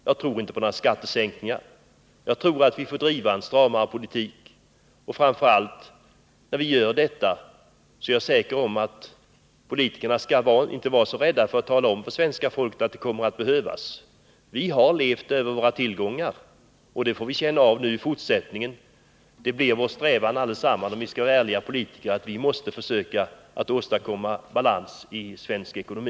Jag tror inte på några skattesänkningar, utan jag tror att vi måste driva en stramare politik. Och framför allt: när vi gör detta bör politikerna inte vara så rädda för att tala om för svenska folket att det kommer att behövas. Vi har levt över våra tillgångar, och det får vi känna av i fortsättningen. Det blir därför en strävan söka åstadkomma balans i för oss alla. om vi vill vara ärliga politiker, att fö svensk ekonomi.